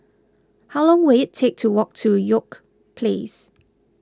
how long will it take to walk to York Place